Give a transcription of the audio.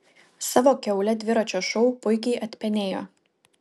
savo kiaulę dviračio šou puikiai atpenėjo